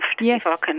yes